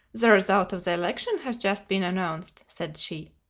the result of the election has just been announced, said she.